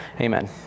Amen